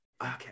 Okay